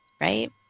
right